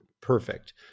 Perfect